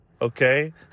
okay